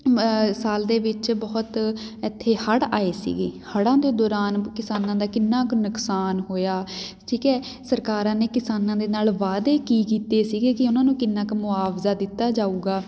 ਸਾਲ ਦੇ ਵਿੱਚ ਬਹੁਤ ਇੱਥੇ ਹੜ੍ਹ ਆਏ ਸੀਗੇ ਹੜ੍ਹਾਂ ਦੇ ਦੌਰਾਨ ਕਿਸਾਨਾਂ ਦਾ ਕਿੰਨਾਂ ਕੁ ਨੁਕਸਾਨ ਹੋਇਆ ਠੀਕ ਹੈ ਸਰਕਾਰਾਂ ਨੇ ਕਿਸਾਨਾਂ ਦੇ ਨਾਲ ਵਾਅਦੇ ਕੀ ਕੀਤੇ ਸੀਗੇ ਕਿ ਉਹਨਾਂ ਨੂੰ ਕਿੰਨਾਂ ਕੁ ਮੁਆਵਜ਼ਾ ਦਿੱਤਾ ਜਾਵੇਗਾ